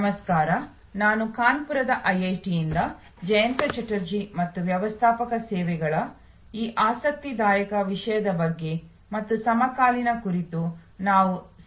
ನಮಸ್ಕಾರ ನಾನು ಕಾನ್ಪುರದ ಐಐಟಿಯಿಂದ ಜಯಂತ ಚಟರ್ಜಿ ಮತ್ತು ವ್ಯವಸ್ಥಾಪಕ ಸೇವೆಗಳ ಈ ಆಸಕ್ತಿದಾಯಕ ವಿಷಯದ ಬಗ್ಗೆ ಮತ್ತು ಸಮಕಾಲೀನ ಕುರಿತು ನಾವು ಸಂವಹನ ನಡೆಸುತ್ತಿದ್ದೇವೆ